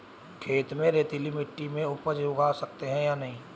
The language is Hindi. खेत में रेतीली मिटी में उपज उगा सकते हैं या नहीं?